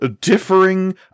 differing